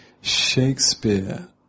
Shakespeare